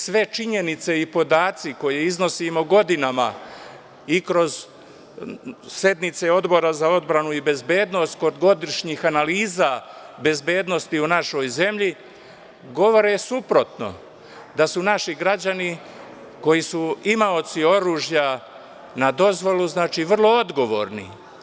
Sve činjenice i podaci koje iznosimo godinama i kroz sednice Odbora za odbranu i bezbednosti, kod godišnjih analiza bezbednosti u našoj zemlji govore suprotno, da su naši građani koji su imaoci oružja na dozvolu vrlo odgovorni.